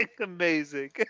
amazing